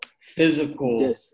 physical